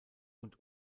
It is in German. und